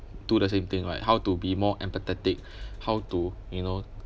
do the same thing right how to be more empathetic how to you know